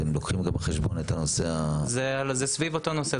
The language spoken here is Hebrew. אתם לוקחים גם בחשבון את הנושא ה- -- זה סביב אותו נושא.